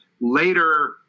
later